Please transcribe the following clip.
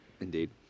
Indeed